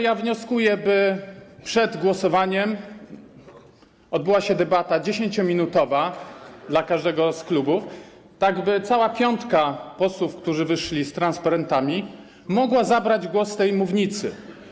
Dlatego wnioskuję o to, by przed głosowaniem odbyła się debata, 10-minut dla każdego z klubów, tak by cała piątka posłów, którzy wyszli z transparentami, mogła zabrać głos z tej mównicy.